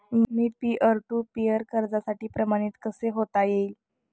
Me peer to peer कर्जासाठी प्रमाणित कसे होता येईल?